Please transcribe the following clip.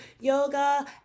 yoga